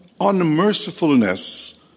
Unmercifulness